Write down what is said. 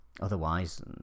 Otherwise